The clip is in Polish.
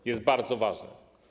To jest bardzo ważne.